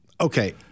Okay